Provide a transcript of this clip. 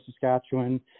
Saskatchewan